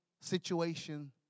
situation